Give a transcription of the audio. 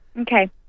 Okay